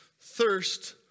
thirst